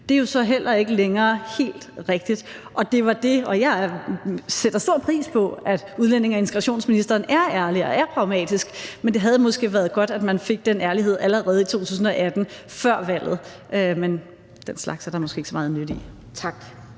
realistisk, heller ikke længere er helt rigtigt. Jeg sætter stor pris på, at udlændinge- og integrationsministeren er ærlig og er pragmatisk, men det havde måske været godt, at man fik den ærlighed allerede i 2018, før valget. Men den slags er der måske ikke så meget nyt i. Kl.